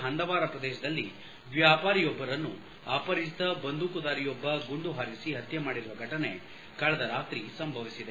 ಹಂದವಾರ ಪ್ರದೇಶದಲ್ಲಿ ವ್ಯಾಪಾರಿಯೊಬ್ಬರನ್ನು ಅಪರಿಚಿತ ಬಂದೂಕುದಾರಿಯೊಬ್ಲ ಗುಂಡು ಹಾರಿಸಿ ಹತ್ಗೆ ಮಾಡಿರುವ ಘಟನೆ ಕಳೆದ ರಾತ್ರಿ ಸಂಭವಿಸಿದೆ